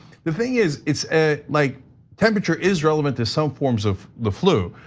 the thing is it's ah like temperature is relevant to some forms of the flu.